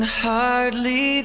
hardly